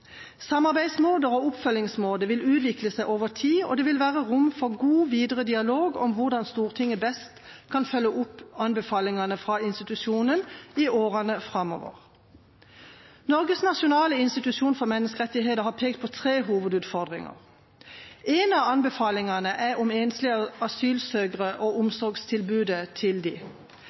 Samarbeidsmåter og oppfølgingsmåter vil utvikle seg over tid og, det vil være rom for god videre dialog om hvordan Stortinget best kan følge opp anbefalingene fra institusjonen i årene framover. Norges nasjonale institusjon for menneskerettigheter har pekt på tre hovedutfordringer. En av anbefalingene er om enslige asylsøkere og omsorgstilbudet til